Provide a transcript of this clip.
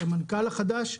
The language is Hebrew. את המנכ"ל החדש.